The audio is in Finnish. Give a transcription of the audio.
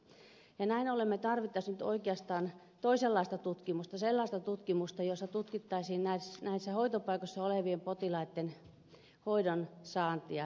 näin ollen me tarvitsisimme nyt oikeastaan toisenlaista tutkimusta sellaista tutkimusta jossa tutkittaisiin näissä hoitopaikoissa olevien potilaitten hoidon saantia